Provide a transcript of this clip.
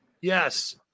Yes